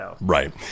Right